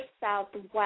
southwest